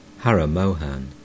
Haramohan